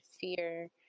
fear